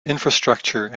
infrastructure